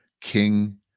king